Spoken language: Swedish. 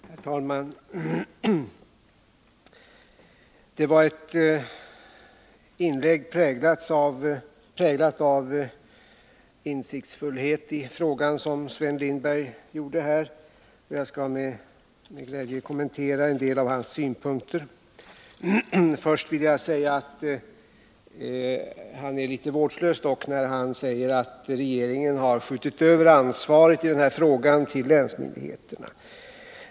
Herr talman! Det var ett inlägg präglat av insiktsfullhet i frågan som Sven Lindberg höll här, och jag skall med glädje kommentera en del av hans synpunkter. Först vill jag emellertid säga att han är litet vårdslös när han säger att regeringen skjutit över ansvaret i frågan till länsmyndigheterna.